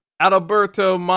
Alberto